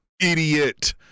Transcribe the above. idiot